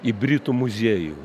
į britų muziejų